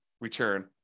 return